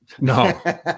No